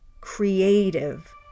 creative